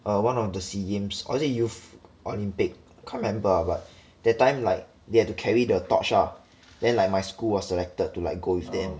uh one of the SEA games or is it youth olympic can't remember but that time like they have to carry the torch ah then like my school was selected to like go with them